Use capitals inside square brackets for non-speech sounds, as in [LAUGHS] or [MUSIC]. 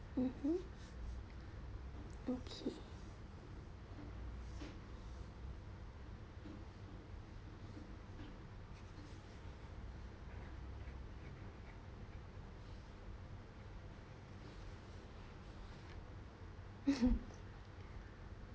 mmhmm okay mm [LAUGHS]